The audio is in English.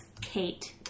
Kate